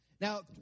Now